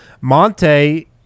Monte